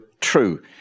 true